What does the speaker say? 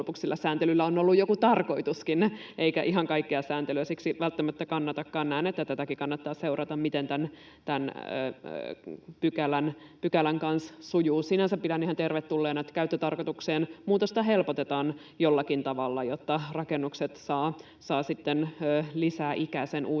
sääntelyllä on ollut joku tarkoituskin, eikä ihan kaikkea sääntelyä siksi välttämättä kannatakaan... Näen, että tätäkin kannattaa seurata, miten tämän pykälän kanssa sujuu. Sinänsä pidän ihan tervetulleena, että käyttötarkoituksen muutosta helpotetaan jollakin tavalla, jotta rakennukset saavat lisää ikää sen uuden